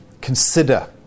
consider